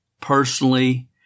personally